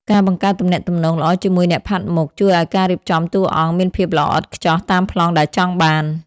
ការបង្កើតទំនាក់ទំនងល្អជាមួយអ្នកផាត់មុខ ជួយឱ្យការរៀបចំតួអង្គមានភាពល្អឥតខ្ចោះតាមប្លង់ដែលចង់បាន។